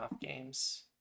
games